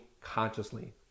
consciously